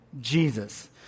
Jesus